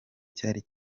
cyari